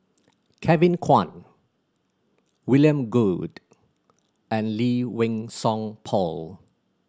Kevin Kwan William Goode and Lee Wei Song Paul